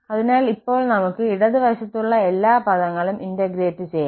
അതിനാൽ ഇപ്പോൾ നമുക്ക് ഇടത് വശത്തുള്ള എല്ലാ പദങ്ങളും ഇന്റഗ്രേറ്റ് ചെയ്യാം